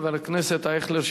חבר הכנסת אייכלר,